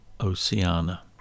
Oceana